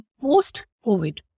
post-COVID